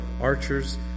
archers